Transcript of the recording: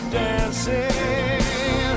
dancing